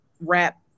wrap